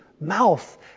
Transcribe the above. mouth